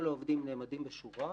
כל העובדים נעמדים בשורה,